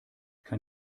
kann